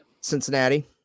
Cincinnati